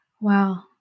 Wow